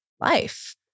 life